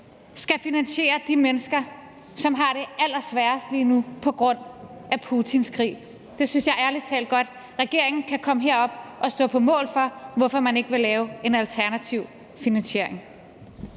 skal finansiere de mennesker, som har det allersværest lige nu på grund af Putins krig. Jeg synes ærlig talt godt, regeringen kan komme herop og stå på mål for, hvorfor man ikke vil lave en alternativ finansiering.